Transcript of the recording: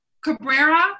Cabrera